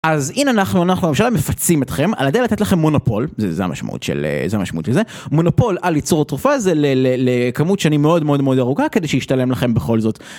אז הנה אנחנו, אנחנו בממשלה מפצים אתכם על ידי לתת לכם מונופול, זה המשמעות של זה, מונופול על ייצור התרופה, זה לכמות שנים מאוד מאוד מאוד ארוכה כדי שישתלם לכם בכל זאת.